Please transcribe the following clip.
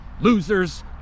losers